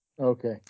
Okay